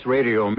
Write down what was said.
Radio